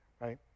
right